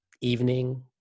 evening